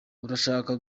urashaka